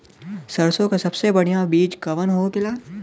सरसों का सबसे बढ़ियां बीज कवन होखेला?